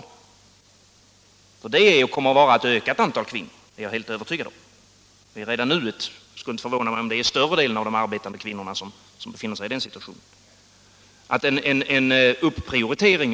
Jag är övertygad om att det kommer att vara ett ökat antal kvinnor och det skulle inte förvåna mig om det är större delen av de arbetande kvinnorna som befinner sig i den situationen.